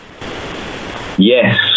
Yes